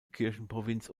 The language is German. kirchenprovinz